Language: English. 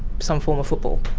some form of football?